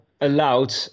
allowed